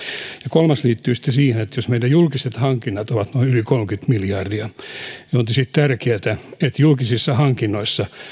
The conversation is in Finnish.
kolmas liittyy sitten siihen että jos meidän julkiset hankintamme ovat noin yli kolmekymmentä miljardia niin on tietysti tärkeätä että julkisissa hankinnoissa